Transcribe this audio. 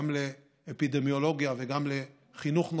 גם לאפידמיולוגיה וגם לחינוך,